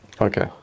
Okay